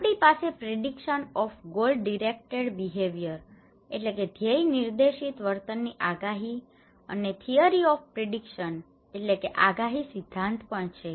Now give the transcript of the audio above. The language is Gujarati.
આપણી પાસે prediction of goal directed behaviour prediction of goal directed behaviour ધ્યેય નિર્દેશિત વર્તનની આગાહી અને theory of prediction theory of predictions આગાહી સિદ્ધાંત પણ છે